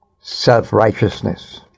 self-righteousness